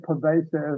pervasive